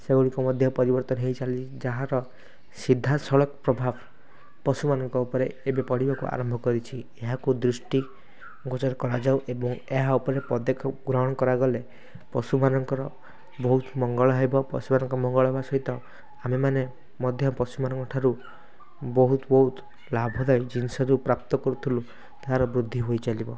ସେଗୁଡ଼ିକ ମଧ୍ୟ ପରିବର୍ତ୍ତନ ହେଇଚାଲିଛି ଯାହାର ସିଧା ସଳଖ ପ୍ରଭାବ ପଶୁମାନଙ୍କ ଉପରେ ଏବେ ପଡ଼ିବାକୁ ଆରମ୍ଭ କରିଛି ଏହାକୁ ଦୃଷ୍ଟିଗୋଚର କରାଯାଉ ଏବଂ ଏହା ଉପରେ ପଦକ୍ଷେପ ଗ୍ରହଣ କରାଗଲେ ପଶୁମାନଙ୍କର ବହୁତ ମଙ୍ଗଳ ହେବ ପଶୁମାନଙ୍କ ମଙ୍ଗଳ ହେବା ସହିତ ଆମେମାନେ ମଧ୍ୟ ପଶୁମାନଙ୍କ ଠାରୁ ବହୁତ ବହୁତ ଲାଭାଦାୟୀ ଜିନିଷ ଯେଉଁ ପ୍ରାପ୍ତ କରୁଥିଲୁ ତାହାର ବୃଦ୍ଧି ହୋଇଚାଲିବ